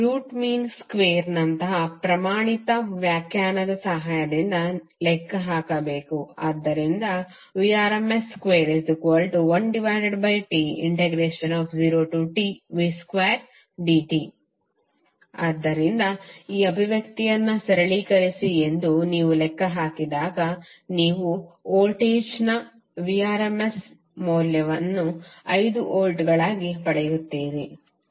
root mean ಸ್ಕ್ವೇರ್ನ ಪ್ರಮಾಣಿತ ವ್ಯಾಖ್ಯಾನದ ಸಹಾಯದಿಂದ ಲೆಕ್ಕ ಹಾಕಬೇಕು ಆದ್ದರಿಂದ Vrms21T0Tv2dt ಆದ್ದರಿಂದ ಈ ಅಭಿವ್ಯಕ್ತಿಯನ್ನು ಸರಳೀಕರಿಸಿ ಎಂದು ನೀವು ಲೆಕ್ಕ ಹಾಕಿದಾಗ ನೀವು ವೋಲ್ಟೇಜ್ನ rms ಮೌಲ್ಯವನ್ನು 5 ವೋಲ್ಟ್ಗಳಾಗಿ ಪಡೆಯುತ್ತೀರಿ